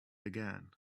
began